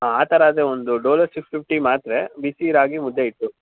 ಹಾಂ ಆ ಥರ ಆದರೆ ಒಂದು ಡೊಲೊ ಸಿಕ್ಸ್ ಫಿಫ್ಟಿ ಮಾತ್ರೆ ಬಿಸಿ ರಾಗಿ ಮುದ್ದೆ ಹಿಟ್ಟು